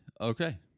okay